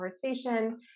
conversation